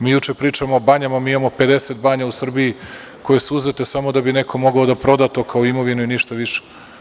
Mi juče pričamo o banjama, a mi imamo 50 banja u Srbiji koje su uzete samo da bi neko mogao to da proda kao imovinu i ništa više.